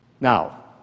Now